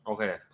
Okay